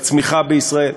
בצמיחה בישראל.